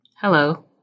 Hello